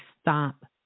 stop